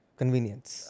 convenience